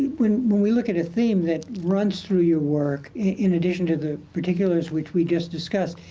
when when we look at a theme that runs through your work, in addition to the particulars, which we just discussed,